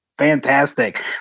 fantastic